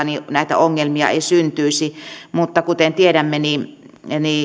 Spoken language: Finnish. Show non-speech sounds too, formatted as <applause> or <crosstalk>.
<unintelligible> niin näitä ongelmia ei syntyisi mutta kuten tiedämme